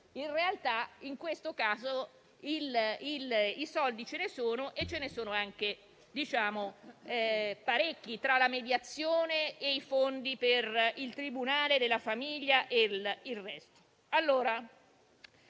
In realtà, in questo caso i soldi ci sono, e ce ne sono anche parecchi, tra la mediazione e i fondi per il tribunale della famiglia e tutto il resto.